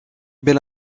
belle